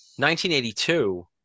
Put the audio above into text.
1982